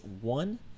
one